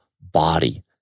body